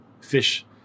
fish